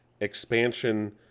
expansion